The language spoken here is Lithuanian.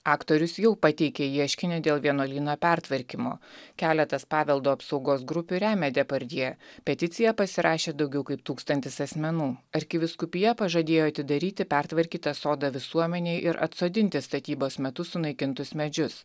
aktorius jau pateikė ieškinį dėl vienuolyno pertvarkymo keletas paveldo apsaugos grupių remia depardjė peticiją pasirašė daugiau kaip tūkstantis asmenų arkivyskupija pažadėjo atidaryti pertvarkytą sodą visuomenei ir atsodinti statybos metu sunaikintus medžius